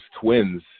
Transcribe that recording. twins